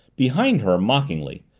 behind her, mockingly,